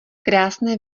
krásné